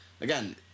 again